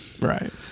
Right